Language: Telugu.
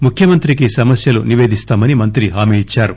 ముఖ్యమంత్రికి సమస్యలు నిపేదిస్తామని మంత్రి హామీ ఇచ్చారు